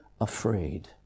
afraid